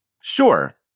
Sure